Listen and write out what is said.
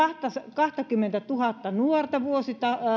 kaksikymmentätuhatta nuorta